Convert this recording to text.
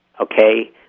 okay